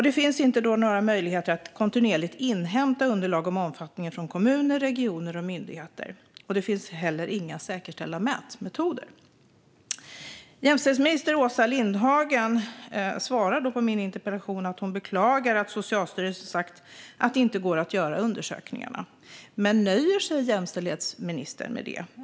Det finns inga möjligheter att kontinuerligt inhämta underlag om omfattningen från kommuner, regioner och myndigheter, och det finns heller inga säkerställda mätmetoder. Jämställdhetsminister Åsa Lindhagen svarar på min interpellation att hon beklagar att Socialstyrelsen sagt att det inte går att göra undersökningarna. Men nöjer sig jämställdhetsministern med det?